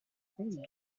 pont